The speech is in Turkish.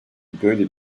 böyle